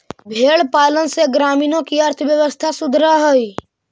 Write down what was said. भेंड़ पालन से ग्रामीणों की अर्थव्यवस्था सुधरअ हई